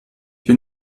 bin